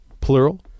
plural